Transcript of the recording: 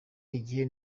igihe